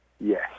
Yes